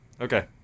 Okay